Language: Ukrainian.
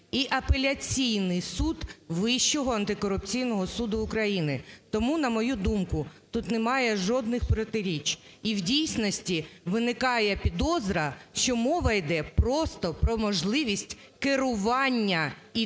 і Апеляційний суд Вищого антикорупційного суду України. Тому, на мою думку, тут немає жодних протиріч. І в дійсності виникає підозра, що мова йде просто про можливість керування і першою,